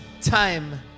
time